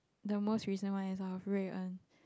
the most recent one is of Rui-En